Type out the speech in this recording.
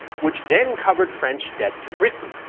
which then covered french debt to britain,